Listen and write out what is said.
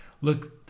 look